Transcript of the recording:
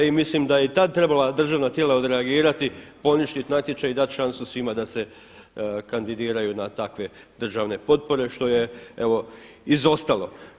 I mislim da su i tada trebala državna tijela odreagirati, poništiti natječaj i dati šansu svima da se kandidiraju na takve državne potpore što je evo izostalo.